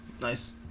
Nice